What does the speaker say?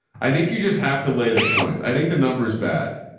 i think you just have to lay the points. i think the number is bad.